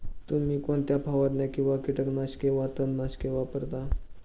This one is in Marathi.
तुम्ही कोणत्या फवारण्या किंवा कीटकनाशके वा तणनाशके वापरता?